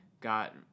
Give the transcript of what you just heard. got